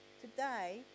Today